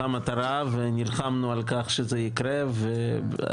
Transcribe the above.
ברכישת ההשכלה ואני שומע שמועות שיכול להיות